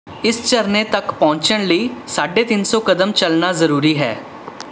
ਇਸ ਝਰਨੇ ਤੱਕ ਪਹੁੰਚਣ ਲਈ ਸਾਢੇ ਤਿੰਨ ਸੌ ਕਦਮ ਚੱਲਣਾ ਜ਼ਰੂਰੀ ਹੈ